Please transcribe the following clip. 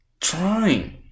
trying